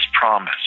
promise